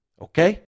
okay